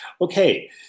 Okay